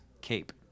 cape